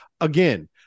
Again